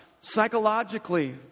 psychologically